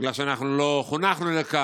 בגלל שאנחנו לא חונכנו לכך.